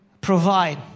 provide